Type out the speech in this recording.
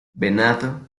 venado